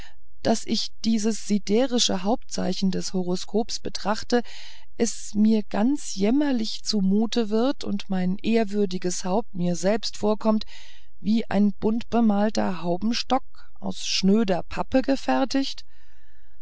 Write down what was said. daß wenn ich dieses siderische hauptzeichen des horoskops betrachte es mir ganz jämmerlich zumute wird und mein ehrwürdiges haupt mir selbst vorkommt wie ein bunt bemalter haubenstock aus schnöder pappe gefertigt